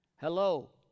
Hello